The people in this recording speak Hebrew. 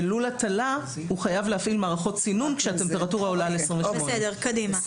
בלול הטלה הוא חייב להפעיל מערכות צינון כשהטמפרטורה עולה על 28. מצא